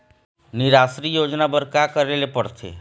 निराश्री योजना बर का का करे ले पड़ते?